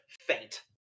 faint